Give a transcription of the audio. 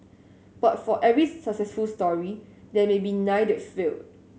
but for every successful story there may be nine that failed